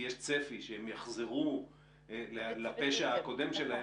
צפי שהם יחזרו לפשע הקודם שלהם,